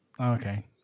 Okay